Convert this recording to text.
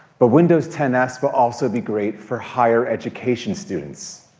but windows ten s will also be great for higher education students.